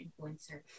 influencer